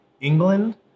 England